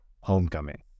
Homecoming